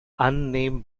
unnamed